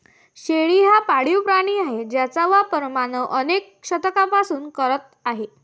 शेळी हा पाळीव प्राणी आहे ज्याचा वापर मानव अनेक शतकांपासून करत आहे